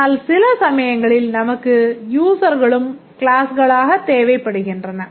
ஆனால் சில சமயங்களில் நமக்கு யூஸர்களும் க்ளாஸ்களாகத் தேவைப் படுகின்றன